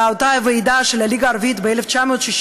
אותה ועידה של הליגה הערבית ב-1967,